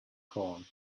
corn